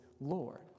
Lord